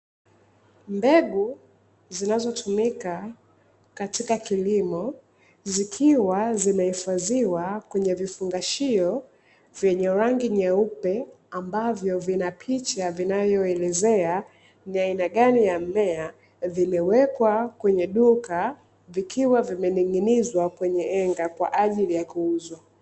Mbegu zinazotumika katika kilimo, zikiwa zimehifadhiwa kwenye vifungashio vyenye rangi nyeupe ambavyo vina picha inayoelezea ni aina gani ya mmea. Vimewekwa kwenye duka vikiwa vimening'inizwa kwenye henga kwa ajili ya kuuzwa.